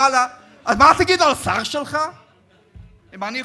ואללה, אז מה תגיד על השר שלך, אם אני חוצפן?